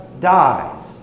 dies